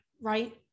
right